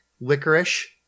licorice